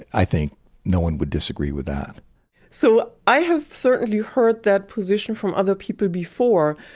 i think no one would disagree with that so, i have certainly heard that position from other people before.